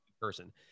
person